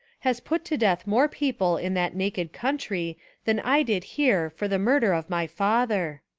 has put to death more people in that naked country than i did here for the murder of my father.